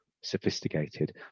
sophisticated